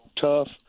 tough